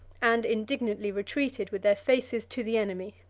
and indignantly retreated with their faces to the enemy.